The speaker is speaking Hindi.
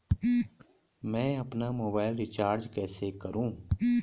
मैं अपना मोबाइल रिचार्ज कैसे करूँ?